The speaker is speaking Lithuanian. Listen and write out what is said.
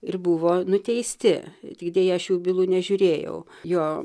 ir buvo nuteisti tik deja šių bylų nežiūrėjau jo